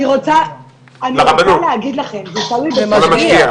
אני רוצה להגיד לכם, זה תלוי --- (נתק בזום).